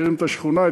מכירים את השכונה,